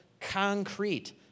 concrete